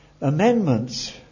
amendments